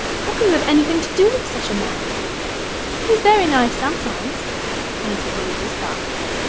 how can you have anything to do with such a man he's very nice sometimes answered louise, thoughtfully.